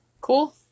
Cool